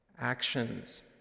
Actions